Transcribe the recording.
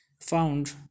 found